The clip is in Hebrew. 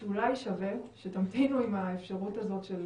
אולי שווה שתמתינו עם האפשרות הזאת של